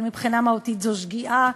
אבל מבחינה מהותית זו שגיאה,